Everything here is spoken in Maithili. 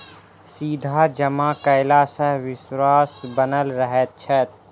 सीधा जमा कयला सॅ विश्वास बनल रहैत छै